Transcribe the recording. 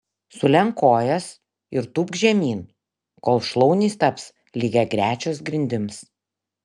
sulenk kojas ir tūpk žemyn kol šlaunys taps lygiagrečios grindims